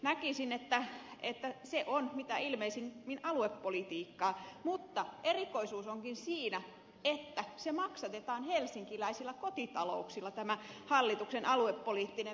näkisin että se on mitä ilmeisimmin aluepolitiikkaa mutta erikoisuus onkin siinä että maksatetaan helsinkiläisillä kotitalouksilla tämä hallituksen aluepoliittinen vihreä verouudistus